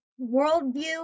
worldview